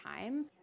time